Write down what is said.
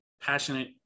passionate